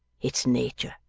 it's nature